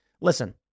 Listen